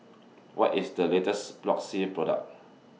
What IS The latest Floxia Product